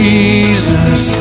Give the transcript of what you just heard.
Jesus